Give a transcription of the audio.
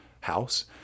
house